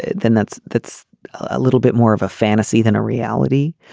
then that's that's a little bit more of a fantasy than a reality.